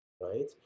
right